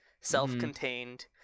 self-contained